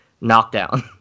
knockdown